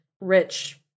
rich